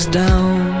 down